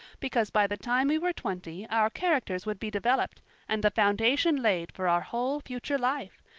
because by the time we were twenty our characters would be developed and the foundation laid for our whole future life.